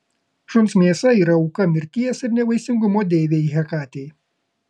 šuns mėsa yra auka mirties ir nevaisingumo deivei hekatei